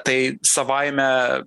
tai savaime